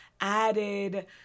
added